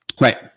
Right